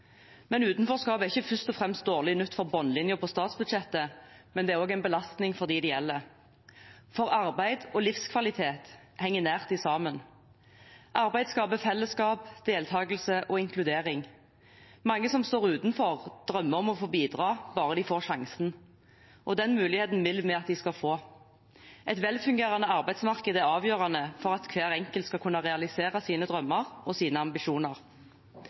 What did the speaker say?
Men utenforskap er ikke først og fremst dårlig nytt for bunnlinjen på statsbudsjettet, det er også en belastning for dem det gjelder. Arbeid og livskvalitet henger nært sammen. Arbeid skaper fellesskap, deltakelse og inkludering. Mange som står utenfor, drømmer om å få bidra, bare de får sjansen, og den muligheten vil vi at de skal få. Et velfungerende arbeidsmarked er avgjørende for at hver enkelt skal kunne realisere sine drømmer og ambisjoner.